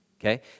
okay